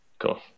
Cool